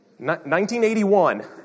1981